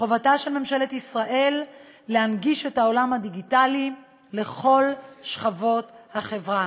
חובתה של ממשלת ישראל להנגיש את העולם הדיגיטלי לכל שכבות החברה,